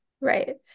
Right